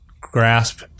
grasp